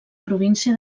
província